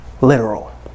literal